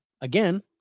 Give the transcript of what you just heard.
again